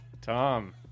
Tom